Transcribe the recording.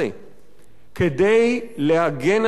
כדי להגן על הדמוקרטיה,